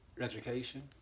Education